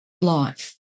life